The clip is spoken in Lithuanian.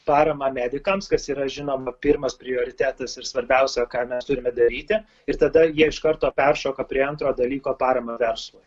paramą medikams kas yra žinoma pirmas prioritetas ir svarbiausia ką mes turime daryti ir tada jie iš karto peršoka prie antro dalyko paramą verslui